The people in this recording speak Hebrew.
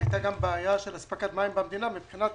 הייתה גם בעיה של הספקת מים במדינה מבחינת